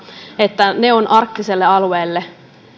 että ne ovat arktiselle alueelle